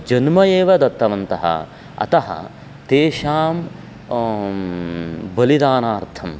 जन्म एव दत्तवन्तः अतः तेषां बलिदानार्थं